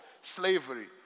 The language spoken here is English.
slavery